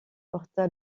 porta